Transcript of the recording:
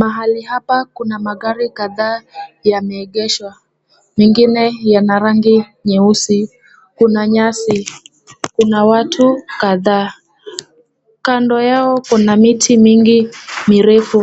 Mahali haa kuna magari kadhaa yameegeshwa, mengine yana rangi nyeusi, kuna nyasi, kuna watu kadhaa. Kando yao kuna miti mingi mirefu.